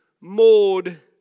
mode